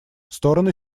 стороны